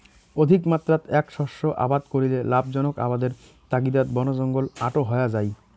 অধিকমাত্রাত এ্যাক শস্য আবাদ করিলে লাভজনক আবাদের তাগিদাত বনজঙ্গল আটো হয়া যাই